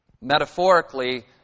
metaphorically